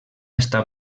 està